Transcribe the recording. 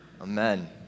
Amen